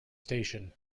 station